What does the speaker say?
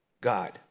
God